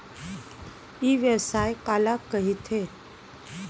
ई व्यवसाय काला कहिथे?